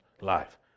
life